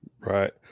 Right